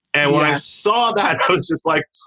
and what i saw that it was just like,